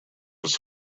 was